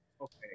Okay